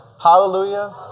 Hallelujah